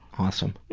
awesome.